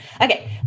Okay